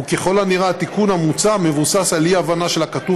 וככל הנראה התיקון המוצע מבוסס על אי-הבנה של הכתוב